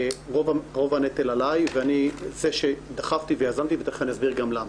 רוב הנטל עליי ואני זה שדחפתי ויזמתי ותיכף אני אסביר גם למה.